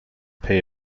pay